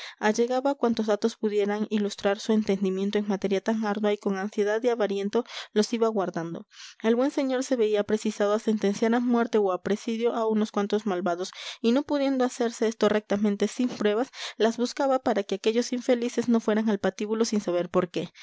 asunto grave allegaba cuantos datos pudieran ilustrar su entendimiento en materia tan ardua y con ansiedad de avariento los iba guardando el buen señor se veía precisado a sentenciar a muerte o a presidio a unos cuantos malvados y no pudiendo hacerse esto rectamente sin pruebas las buscaba para que aquellos infelices no fueran al patíbulo sin saber por qué